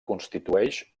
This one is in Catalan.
constitueix